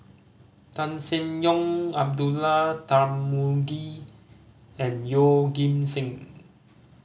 Tan Seng Yong Abdullah Tarmugi and Yeoh Ghim Seng